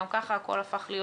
גם ככה הכול הפך להיות